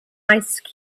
ice